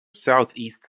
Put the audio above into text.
southeast